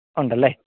ഉണ്ടല്ലെ